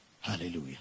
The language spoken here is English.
Hallelujah